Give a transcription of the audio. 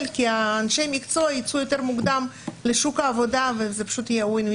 כי אנשי המקצוע ייצאו יותר מוקדם לשוק העבודה וזה יהיה win win